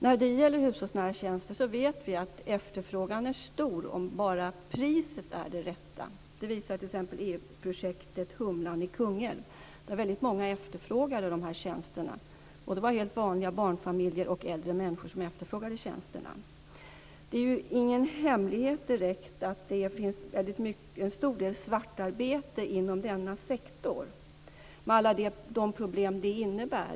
När det gäller hushållsnära tjänster vet vi att efterfrågan är stor om bara priset är det rätta. Det visar t.ex. EU-projektet Humlan i Kungälv. Där var det väldigt många som efterfrågade de här tjänsterna. Det var helt vanliga barnfamiljer och äldre människor som efterfrågade tjänsterna. Det är ju inte direkt någon hemlighet att det finns en stor del svartarbete inom denna sektor med alla de problem som det innebär.